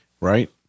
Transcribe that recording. right